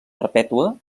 perpètua